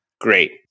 Great